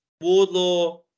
Wardlaw